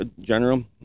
General